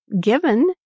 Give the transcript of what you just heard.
given